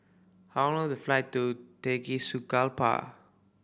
how long the flight to Tegucigalpa